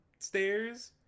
stairs